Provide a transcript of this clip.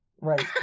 Right